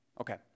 Okay